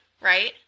right